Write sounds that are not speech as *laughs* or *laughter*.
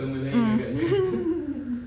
mm *laughs*